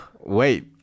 Wait